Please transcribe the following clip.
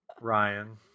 Ryan